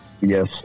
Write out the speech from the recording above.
Yes